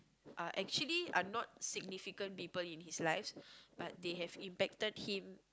are actually are not significant people in his lives but they have impacted him